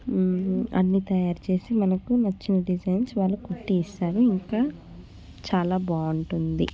అన్నీ తయారు చేసి మనకు నచ్చిన డిజైన్స్ వాళ్ళు కొట్టి ఇస్తారు ఇంకా చాలా బాగుంటుంది